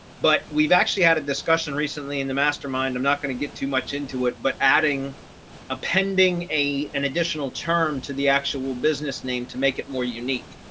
but we've actually had a discussion recently in the mastermind, i'm not going to get too much into it but adding a pending a an additional term to the actual business name to make it more unique.